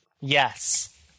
Yes